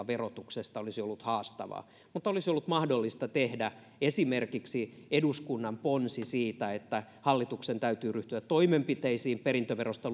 verotuksesta kansalaisaloitteella olisi ollut haastavaa mutta olisi ollut mahdollista tehdä esimerkiksi eduskunnan ponsi siitä että hallituksen täytyy ryhtyä toimenpiteisiin perintöverosta